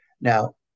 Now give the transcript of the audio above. Now